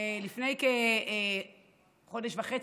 ולפני כחודש וחצי,